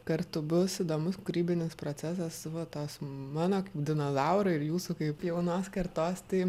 kartu bus įdomus kūrybinis procesas va tos mano kaip dinozauro ir jūsų kaip jaunos kartos tai